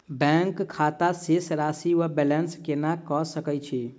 Bank खाता शेष राशि वा बैलेंस केना कऽ सकय छी?